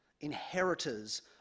Inheritors